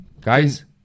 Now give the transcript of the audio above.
guys